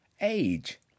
age